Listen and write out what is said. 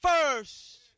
first